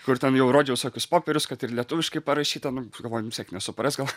kur ten jau rodžiau visokius popierius kad ir lietuviškai parašyta nu galvoju vis tiek nesupras gal